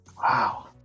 Wow